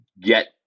get